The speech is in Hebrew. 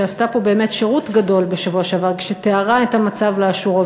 שעשתה פה באמת שירות גדול בשבוע שעבר כשתיארה את המצב לאשורו,